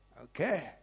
Okay